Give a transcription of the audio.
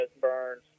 burns